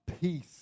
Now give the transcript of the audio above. peace